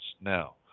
now